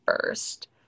first